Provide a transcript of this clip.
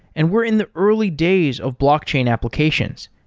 and we're in the early days of blockchain applications.